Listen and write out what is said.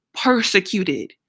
persecuted